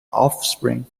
offspring